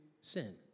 sin